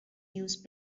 use